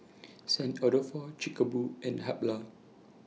Saint Dalfour Chic A Boo and Habhal